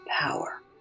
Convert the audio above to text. power